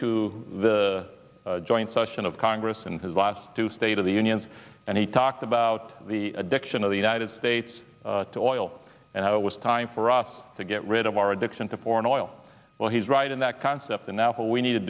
to the joint session of congress in his last two state of the unions and he talked about the addiction of the united states to oil and it was time for us to get rid of our addiction to foreign oil well he's right in that concept and now what we need to